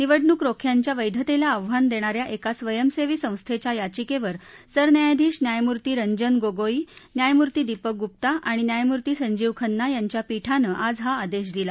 निवडणूक रोख्यांच्या वैधतेला आव्हान देणाऱ्या एका स्वयंसेवी संस्थेच्या याचिकेवर सरन्यायाधीश न्यायमूर्ती रंजन गोगोई न्यायमूर्ती दीपक गुप्ता आणि न्यायमूर्ती संजीव खन्ना यांच्या पीठानं आज हा आदेश दिला